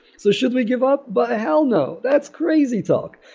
so should we give up? but hell no. that's crazy talk.